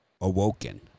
awoken